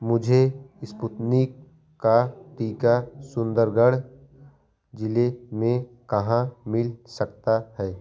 मुझे इस्कूतनिक का टीका सुंदरगढ़ ज़िले में कहाँ मिल सकता है